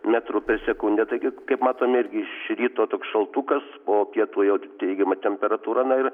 metrų per sekundę taigi kaip matome irgi iš ryto šaltukas po pietų jau tik teigiama temperatūra na ir